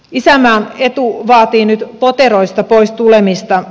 isänmaan etu vaatii nyt poteroista pois tulemista